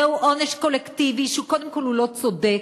זהו עונש קולקטיבי, שקודם כול הוא לא צודק,